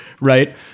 right